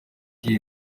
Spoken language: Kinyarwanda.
y’iyi